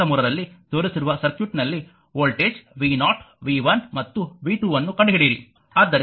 23 ರಲ್ಲಿ ತೋರಿಸಿರುವ ಸರ್ಕ್ಯೂಟ್ನಲ್ಲಿ ವೋಲ್ಟೇಜ್ v0 v1 ಮತ್ತು v2 ಅನ್ನು ಕಂಡುಹಿಡಿಯಿರಿ